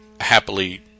happily